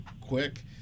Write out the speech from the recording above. quick